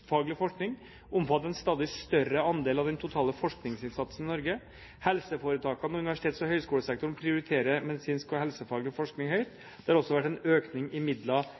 helsefaglig forskning omfatter en stadig større andel av den totale forskningsinnsatsen i Norge. Helseforetakene og universitets- og høyskolesektoren prioriterer medisinsk og helsefaglig forskning høyt. Det har også vært en økning i